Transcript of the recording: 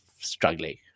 struggling